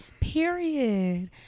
period